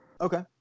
Okay